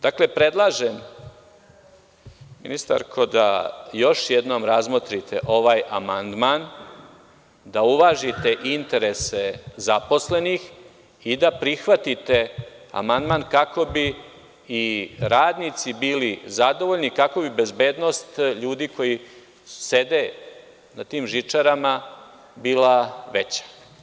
Dakle, predlažem ministarko da još jednom razmotrite ovaj amandman, da uvažite interese zaposlenih, i da prihvatite amandman kako bi i radnici bili zadovoljni, kako bi bezbednost ljudi koji sede na tim žičarama bila veća.